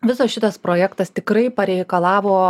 visas šitas projektas tikrai pareikalavo